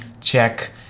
check